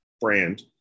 brand